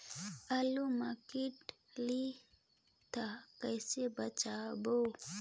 आलू मां कीड़ा लाही ता कइसे बचाबो?